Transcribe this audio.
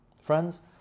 Friends